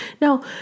Now